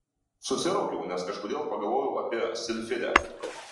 susiraukiau nes kažkodėl pagalvojau apie silfidę